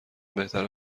بهتره